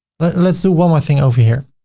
but let's do one more thing over here.